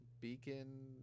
Beacon